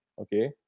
Okay